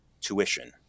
tuition